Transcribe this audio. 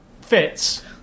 fits